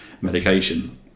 medication